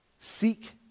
Seek